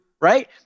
Right